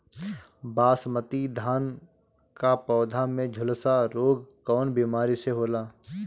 बासमती धान क पौधा में झुलसा रोग कौन बिमारी से होला?